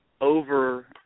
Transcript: over